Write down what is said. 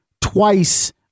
twice